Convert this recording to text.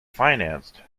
financed